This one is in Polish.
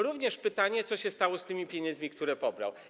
Również pytanie: Co się stało z tymi pieniędzmi, które pobrał?